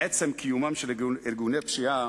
מעצם קיומם של ארגוני פשיעה,